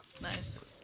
Nice